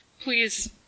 Please